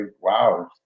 wow